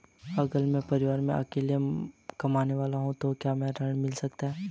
अगर मैं परिवार में अकेला कमाने वाला हूँ तो क्या मुझे ऋण मिल सकता है?